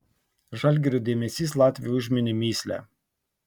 žalgirio dėmesys latviui užminė mįslę